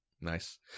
Nice